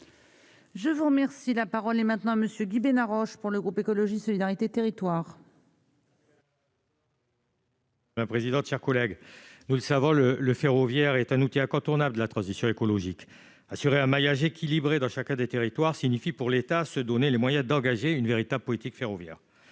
Je vous remercie, la parole est maintenant monsieur Guy Benarroche pour le groupe écologiste solidarité territoire. La présidente, chers collègues, nous le savons, le le ferroviaire est un outil incontournable de la transition écologique assurer un maillage équilibré dans chacun des territoires signifie pour l'État, se donner les moyens d'engager une véritable politique ferroviaire,